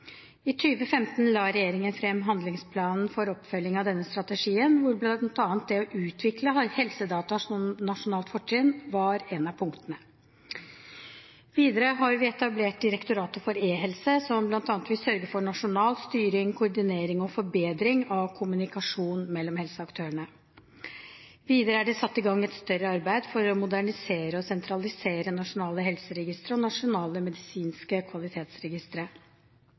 I 2015 la regjeringen frem handlingsplanen for oppfølging av denne strategien, hvor bl.a. det å utvikle helsedata som nasjonalt fortrinn var ett av punktene. Videre har vi etablert Direktoratet for e-helse, som bl.a. vil sørge for nasjonal styring, koordinering og forbedring av kommunikasjonen mellom helseaktørene. Og videre er det satt i gang et større arbeid for å modernisere og sentralisere nasjonale helseregistre og nasjonale medisinske kvalitetsregistre.